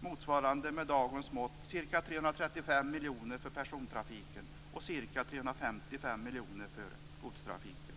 Med dagens mått mätt motsvarar sänkningen ca 355 miljoner kronor för persontrafiken och ca 335 miljoner kronor för godstrafiken.